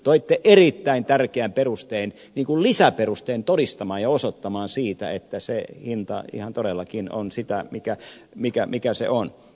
toitte erittäin tärkeän perusteen lisäperusteen todistamaan ja osoittamaan että se hinta ihan todellakin on sitä mikä se on